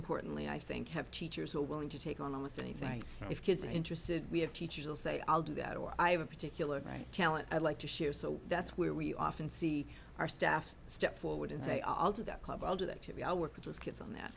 importantly i think have teachers who are willing to take on almost anything if kids are interested we have teachers will say i'll do that or i have a particular right talent i'd like to share so that's where we often see our staff step forward and say i'll do that i'll do that i'll work with those kids on that